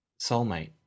soulmate